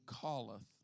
calleth